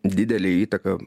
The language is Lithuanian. didelę įtaką